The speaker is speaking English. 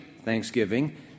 Thanksgiving